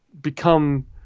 become